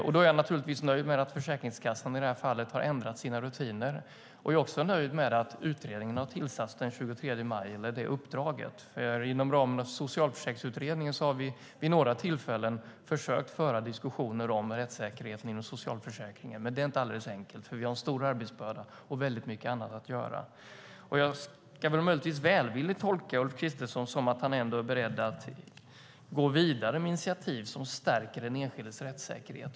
Jag är naturligtvis nöjd med att Försäkringskassan i det här fallet har ändrat sina rutiner. Jag är också nöjd med att utredningen har tillsatts den 23 maj med detta uppdrag. Inom ramen för Socialförsäkringsutredningen har vi vid några tillfällen försökt föra diskussioner om rättssäkerheten inom socialförsäkringen. Men det är inte alldeles enkelt, för vi har en stor arbetsbörda och väldigt mycket annat att göra. Jag ska möjligtvis välvilligt tolka Ulf Kristersson som att han ändå är beredd att gå vidare med initiativ som stärker den enskildes rättssäkerhet.